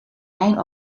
mijn